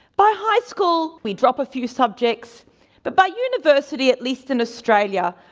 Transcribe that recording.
by high school we drop a few subjects but by university, at least in australia,